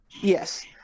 Yes